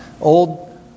Old